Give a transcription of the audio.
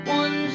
one